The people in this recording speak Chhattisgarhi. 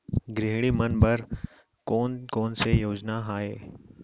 गृहिणी मन बर कोन कोन से योजना हे?